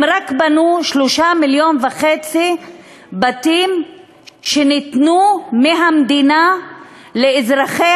הם רק בנו 3.5 מיליון בתים שניתנו מהמדינה לאזרחי